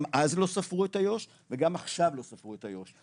גם אז לא ספרו את איו"ש וגם עכשיו לא ספרו את איו"ש,